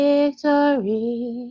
Victory